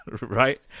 right